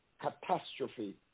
catastrophe